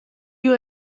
you